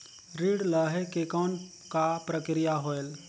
ऋण लहे के कौन का प्रक्रिया होयल?